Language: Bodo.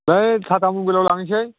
बै टाटा मबेलाव लांनिसै